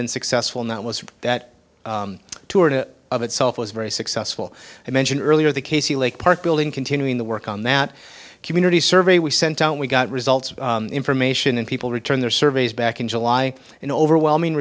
been successful not was that tour of itself was very successful i mentioned earlier the case the lake park building continuing the work on that community survey we sent out we got results information and people returned their surveys back in july an overwhelming